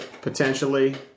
potentially